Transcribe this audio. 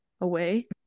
away